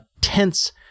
tense